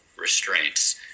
Restraints